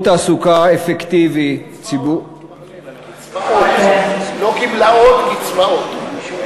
שירות תעסוקה אפקטיבי, לא גמלאות, קצבאות.